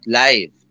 live